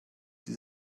sie